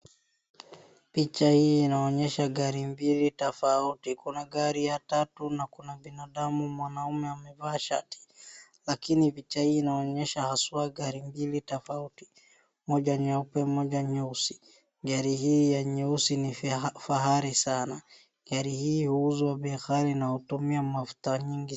Picha hii inaonyesha gari mbili tofauti, kuna gari ya tatu na kuna binadamu mwanaume amevaa shati lakini picha hii inaonyesha haswaa gari mbili tofauti, moja nyeupe moja nyeusi, gai hii nyeusi ni fahari sana, gari hii huuzwa bei ghali na hutumia mafuta nyingi san.